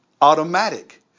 automatic